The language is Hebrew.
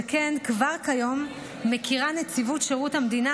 שכן כבר כיום מכירה נציבות שירות המדינה